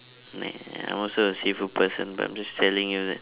neh I'm also a seafood person but I'm just telling you that